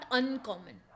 uncommon